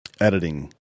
editing